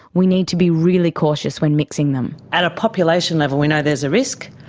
we need to be really cautious when mixing them. at a population level we know there's a risk,